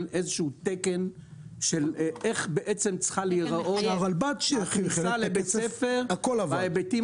איזה שהוא תקן של איך בעצם צריכה להיראות הכניסה לבית ספר וההיבטים